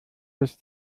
ist